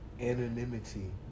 Anonymity